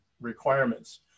requirements